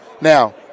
Now